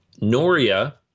Noria